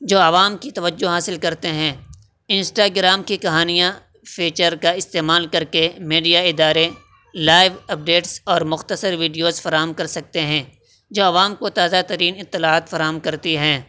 جو عوام کی توجہ حاصل کرتے ہیں انسٹاگرام کی کہانیاں فیچر کا استعمال کر کے میڈیا ادارے لائیو اپڈیٹس اور مختصر ویڈیوز فراہم کر سکتے ہیں جو عوام کو تازہ ترین اطلاعات فراہم کرتی ہیں